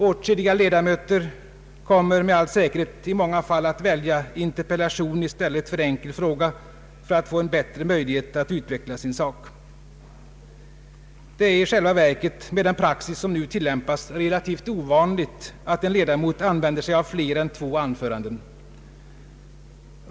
Åtskilliga ledamöter kommer med all säkerhet i många fall att välja interpellation i stället för enkel fråga för att få bättre möjlighet att utveckla sin sak. Det är i själva verket med den praxis som nu tillämpas relativt ovanligt att en ledamot använder sig av fler än två anföranden.